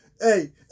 hey